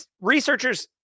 researchers